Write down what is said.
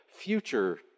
future